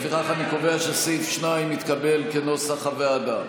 לפיכך אני קובע שסעיף 2 התקבל כנוסח הוועדה.